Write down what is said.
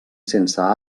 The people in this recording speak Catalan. sense